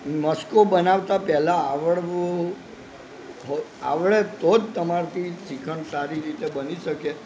મસ્કો બનાવતા પહેલાં આવડવું આવડે તો જ તમારાથી શ્રીખંડ સારી રીતે બની શકે